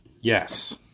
Yes